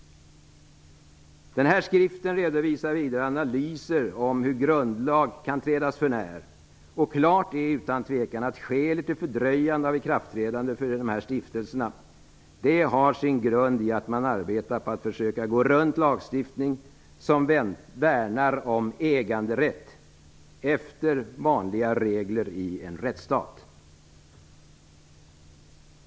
Skriften redovisar vidare analyser av hur grundlagen kan trädas för när, och klart är, utan tvivel, att skälet till fördröjande av ikraftträdande för de här stiftelserna har sin grund i att man arbetar på att försöka gå runt lagstiftning som värnar om äganderätt efter vanliga regler i en rättsstat.